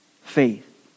faith